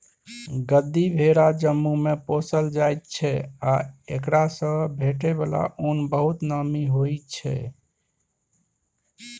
गद्दी भेरा जम्मूमे पोसल जाइ छै आ एकरासँ भेटै बला उन बहुत नामी होइ छै